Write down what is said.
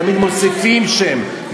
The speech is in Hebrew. תמיד מוסיפים שם,